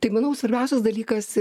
tai manau svarbiausias dalykas